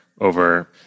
over